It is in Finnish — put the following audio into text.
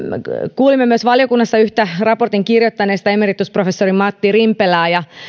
kuulimme valiokunnassa myös yhtä raportin kirjoittaneista emeritusprofessori martti rimpelää itseeni jätti